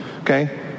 Okay